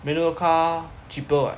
manual car cheaper what